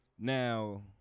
Now